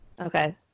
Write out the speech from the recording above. Okay